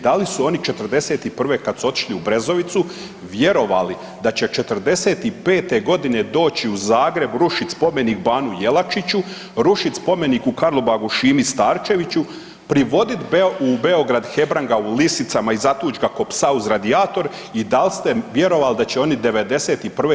Da li su oni '41. kad su otišli u Brezovicu vjerovali da će '45. godine doći u Zagreb rušit spomenik Banu Jelačiću, rušit spomenik u Karlobagu Šimi Starčeviću, privodit u Beograd Hebranga u lisicama i zatuć ga ko psa uz radijator i da li ste vjerovali da će oni '91.